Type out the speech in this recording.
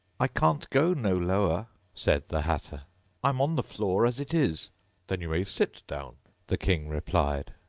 i can't go no lower said the hatter i'm on the floor, as it is then you may sit down the king replied.